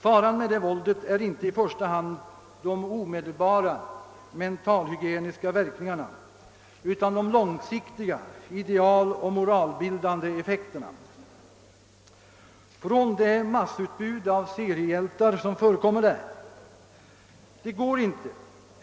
Faran med det våldet är inte i första hand de omedelbara mentalhygieniska verkningarna utan de långsiktiga idealoch mo :ralbildande effekterna av det massutbud av seriehjältar som förekommer.